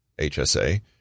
HSA